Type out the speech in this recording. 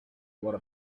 what